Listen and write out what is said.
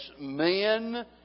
men